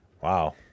wow